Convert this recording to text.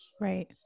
right